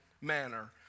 manner